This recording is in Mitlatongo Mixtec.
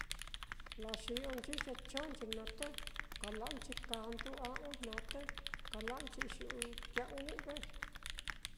La xi'onchi ye chonchi naá, te kala'nchi kandu a ojna te kalanchi iyu'u tia'a u've.